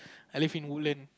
I live in Woodland